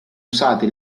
usate